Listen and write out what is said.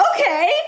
okay